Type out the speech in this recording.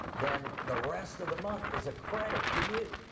then the rest of the month is a credit to you.